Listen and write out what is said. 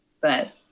but-